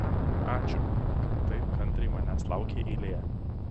ačiū kad taip kantriai manęs laukei eilėje